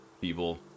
people